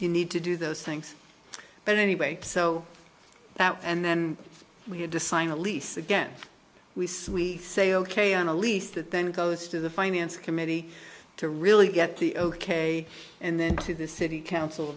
you need to do those things but anyway so that and then we had to sign a lease again we said we say ok on a lease that then goes to the finance committee to really get the ok and then to the city council